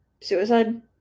suicide